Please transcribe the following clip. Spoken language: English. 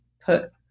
put